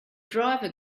driver